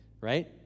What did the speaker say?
right